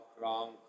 wrong